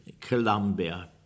Columbia